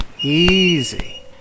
easy